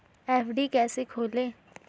FD कैसे खोलें?